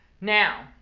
Now